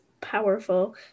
powerful